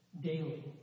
daily